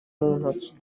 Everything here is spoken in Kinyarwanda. ntoki